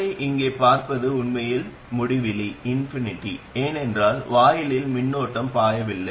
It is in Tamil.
Ri இங்கே பார்ப்பது உண்மையில் முடிவிலி ஏனென்றால் வாயிலில் மின்னோட்டம் பாயவில்லை